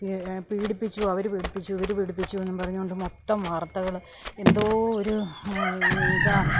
പീഡിപ്പിച്ചു അവർ പീഡിപ്പിച്ചു ഇവർ പീഡിപ്പിച്ചു എന്നും പറഞ്ഞുകൊണ്ട് മൊത്തം വാർത്തകൾ എന്തോ ഒരു ഇതാ